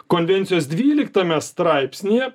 konvencijos dvyliktame straipsnyje